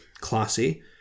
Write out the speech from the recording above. classy